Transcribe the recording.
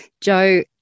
Joe